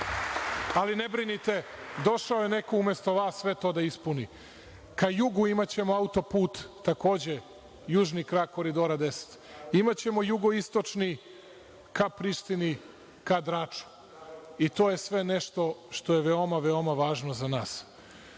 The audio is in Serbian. Ali, ne brinite došao je neko umesto vas sve to da ispuni. Ka jugu imaćemo auto-put takođe južni krak Koridora 10. Imaćemo jugoistočni ka Prištini, ka Draču i to je sve nešto što je veoma, veoma važno za nas. Onaj